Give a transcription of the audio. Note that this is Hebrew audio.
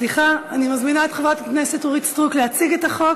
של חברת הכנסת עליזה לביא, אני מפעילה הצבעה.